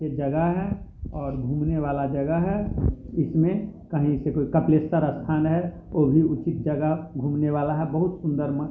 अच्छे जगह हैं और घूमने वाला जगह है इसमें कहीं कपलेश्वर स्थान है वो भी उचित जगह घूमने वाला है बहुत सुंदर